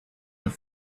have